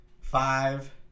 five